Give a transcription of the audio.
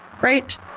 right